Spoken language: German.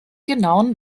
genauen